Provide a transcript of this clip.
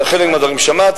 חלק מהדברים שמעתי.